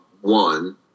one